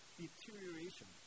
deterioration